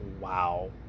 Wow